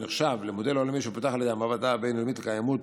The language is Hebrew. הנחשב למודל עולמי שפותח על ידי המעבדה הבין-לאומית לקיימות